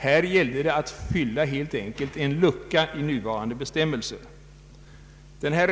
Här gällde det helt enkelt att fylla en lucka i nuvarande bestämmelser.